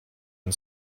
and